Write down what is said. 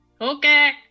Okay